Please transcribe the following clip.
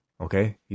Okay